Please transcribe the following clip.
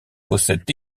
possèdent